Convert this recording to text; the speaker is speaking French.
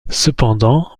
cependant